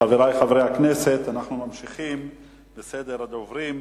חברי חברי הכנסת, אנחנו ממשיכים בסדר הדוברים.